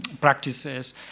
practices